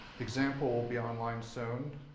example will be online soon.